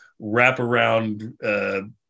wraparound